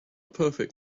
perfect